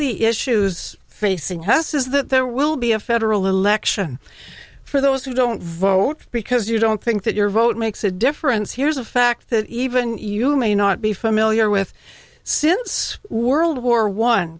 the issues facing hess is that there will be a federal election for those who don't vote because you don't think that your vote makes a difference here's a fact that even you may not be familiar with since world war one